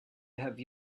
have